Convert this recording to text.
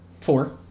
Four